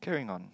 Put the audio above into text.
carrying on